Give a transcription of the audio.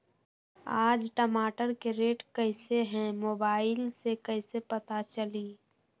आज टमाटर के रेट कईसे हैं मोबाईल से कईसे पता चली?